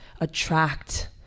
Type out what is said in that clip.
attract